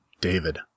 David